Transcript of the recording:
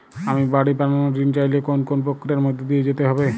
আমি বাড়ি বানানোর ঋণ চাইলে কোন কোন প্রক্রিয়ার মধ্যে দিয়ে যেতে হবে?